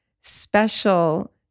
special